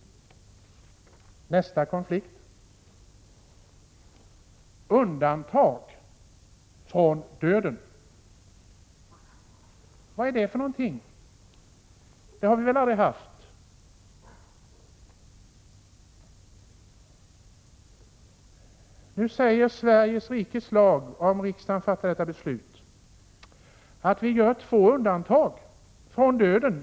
Nästa konflikt: Undantag från döden. Vad är det för någonting? Det har vi väl aldrig haft? Om riksdagen fattar detta beslut, säger Sveriges rikes lag att vi i princip gör två undantag från döden.